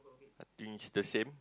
I think is the same